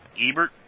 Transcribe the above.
Ebert